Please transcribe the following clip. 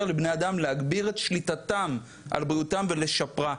לבני אדם להגביר את שליטתם על בריאותם ולשפרה,